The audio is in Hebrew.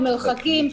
עם מרחקים,